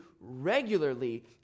regularly